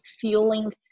fueling